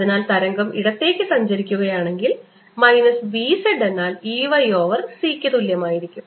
അതിനാൽ തരംഗം ഇടത്തേക്ക് സഞ്ചരിക്കുകയാണെങ്കിൽ മൈനസ് B z എന്നാൽ E y ഓവർ c ക്ക് തുല്യമായിരിക്കും